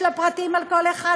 יש לה פרטים על כל אחד,